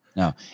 No